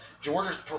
Georgia's